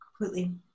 Completely